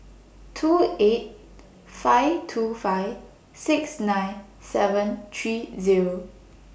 two eight five two five six nine seven three Zero